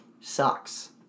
Sucks